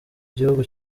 igihugu